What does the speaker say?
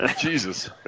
Jesus